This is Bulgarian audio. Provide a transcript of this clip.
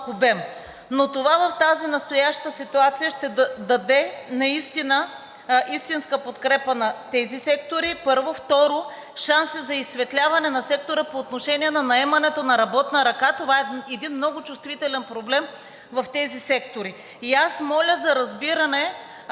Но това в тази настоящата ситуация ще даде наистина истинска подкрепа на тези сектори, първо. Второ, шансът за изсветляване на сектора по отношение на наемането на работна ръка е един много чувствителен проблем в тези сектори. Аз моля за разбиране